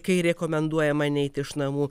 kai rekomenduojama neiti iš namų